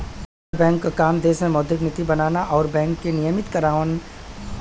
reserve bank क काम देश में मौद्रिक नीति बनाना आउर बैंक के नियमित करना हउवे